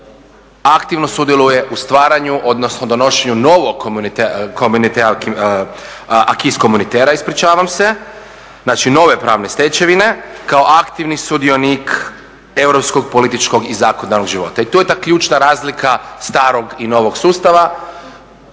aktivno sudjeluje u stvaranju, odnosno donošenju novog acquis communataire, znači nove pravne stečevine kao aktivni sudionik europskog, političkog i zakonodavnog života. I tu je ta ključna razlika starog i novog sustava.